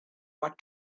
what